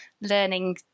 learning